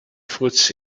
fruits